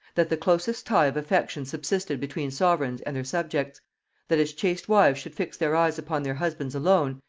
that the closest tie of affection subsisted between sovereigns and their subjects that as chaste wives should fix their eyes upon their husbands alone,